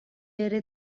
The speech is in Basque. ere